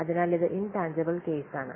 അതിനാൽ ഇത് ഇൻട്ടാജിബിൽ കേസാണ്